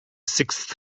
sixth